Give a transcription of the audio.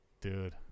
Dude